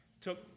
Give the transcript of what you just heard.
took